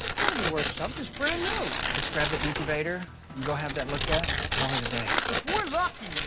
it's got to be worth someth it's brand-new. let's grab the incubator and go have that looked at, call it a day. if we're lucky,